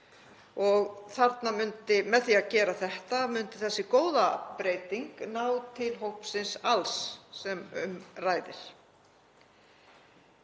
í öðrum lögum. Með því að gera þetta myndi þessi góða breyting ná til hópsins alls sem um ræðir.